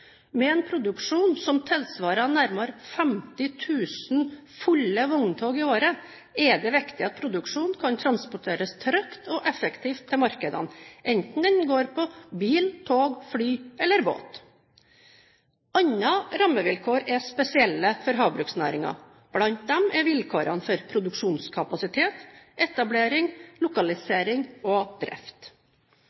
Med en produksjon som tilsvarer nærmere 50 000 fulle vogntog i året, er det viktig at produksjonen kan transporteres trygt og effektivt til markedene – enten den går på bil, tog, fly eller båt. Andre rammevilkår er spesielle for havbruksnæringen. Blant dem er vilkårene for produksjonskapasitet, etablering,